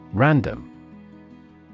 Random